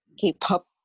K-pop